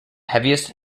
heaviest